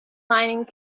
mining